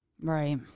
Right